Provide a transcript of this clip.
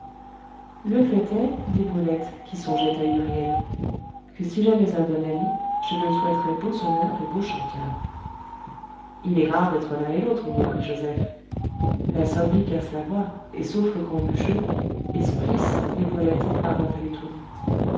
le fait est dit brulette qui songeait à huriel que si j'avais un bon ami je le souhaiterais beau sonneur et beau chanteur il est rare d'être l'un et l'autre reprit joseph la sonnerie casse la voix et sauf le grand bûcheux et son fils dit brulette parlant à l'étourdie